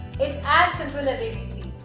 it's as simple as abc.